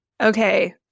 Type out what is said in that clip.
Okay